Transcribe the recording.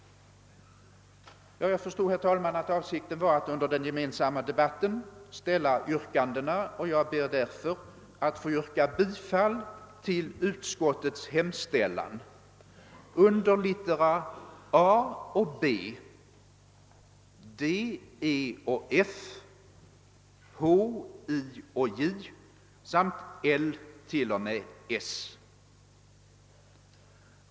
Jag förstår, herr talman, att avsikten var att under den gemensamma debatten ställa yrkandena, och jag ber därför att få yrka bifall till utskottets hemställan under littera A och B, D, E och F, H, I och J samt L t.o.m. S.